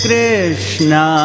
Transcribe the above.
Krishna